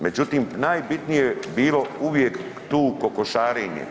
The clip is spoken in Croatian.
Međutim, najbitnije je bilo uvijek tu kokošarenje.